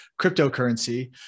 cryptocurrency